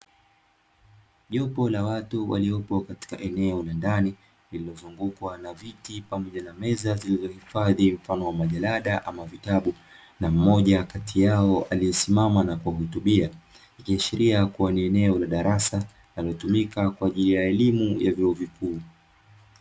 Jopo la watu waliokuwa katika eneo la ndani lililozungukwa na viti pamoja na meza zilizohifadhi mfano wa majalada ama vitabu, na mmoja kati yao aliyesimama na kuwahutubia, ikiashiria kuwa ni eneo la darasa linalotumika kwa ajili ya elimu ya vyuo vikuu.